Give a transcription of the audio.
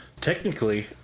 Technically